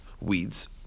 weeds